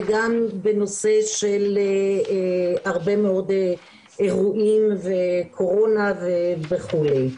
וגם בנושא של הרבה מאוד אירועים וקורונה וכולי.